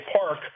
Park